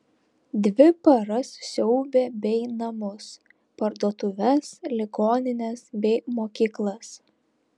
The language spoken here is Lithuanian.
dvi paras siaubė bei namus parduotuves ligonines bei mokyklas